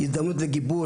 הזדמנות לגיבוש,